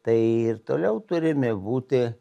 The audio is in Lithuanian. tai ir toliau turime būti